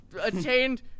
attained